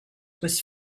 was